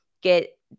get